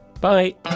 Bye